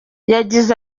yagize